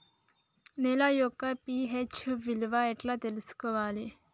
నేల యొక్క పి.హెచ్ విలువ ఎట్లా తెలుసుకోవాలి?